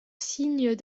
signe